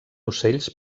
ocells